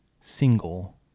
single